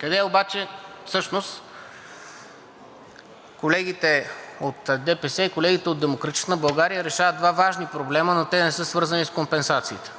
Къде обаче? Всъщност колегите от ДПС и колегите от „Демократична България“ решават два важни проблема, но те не са свързани с компенсациите.